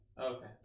Okay